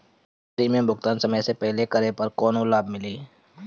Premium भुगतान समय से पहिले करे पर कौनो लाभ मिली?